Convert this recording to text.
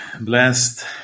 blessed